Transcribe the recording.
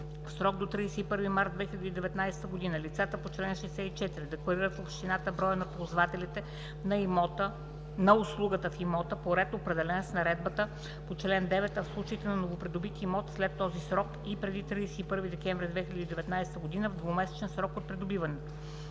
срок до 31 март 2019 г. лицата по чл. 64 декларират в общината броя на ползвателите на услугата в имота по ред, определен с наредбата по чл. 9, а в случаите на новопридобит имот след този срок и преди 31 декември 2019 г. – в двумесечен срок от придобиването.